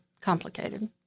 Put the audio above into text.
complicated